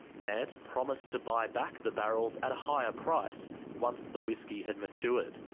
nant promised to buy back the barrels at a higher price once the whiskey had matured.